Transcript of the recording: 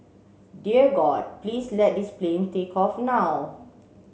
dear God please let this plane take off now